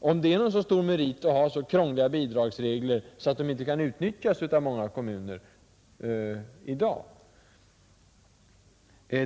om det är någon fördel att ha så krångliga bidragsregler att bidraget inte kan utnyttjas av många kommuner i dag.